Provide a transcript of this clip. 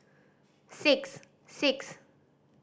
six six